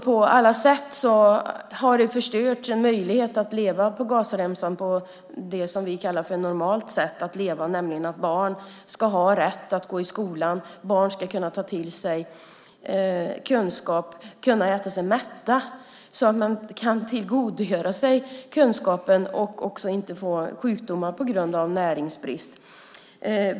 På alla sätt har det förstörts en möjlighet att leva på ett normalt sätt på Gazaremsan - ett normalt liv där barn har rätt att gå i skolan, kan ta till sig kunskap och kan äta sig mätta så att de kan tillgodogöra sig kunskapen och inte få sjukdomar på grund av näringsbrist.